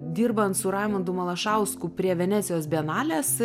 dirbant su raimundu malašausku prie venecijos bienalės